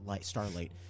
starlight